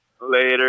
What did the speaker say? later